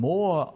More